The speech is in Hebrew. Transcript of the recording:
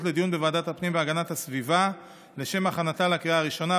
לדיון בוועדת הפנים והגנת הסביבה לשם הכנתה לקריאה ראשונה.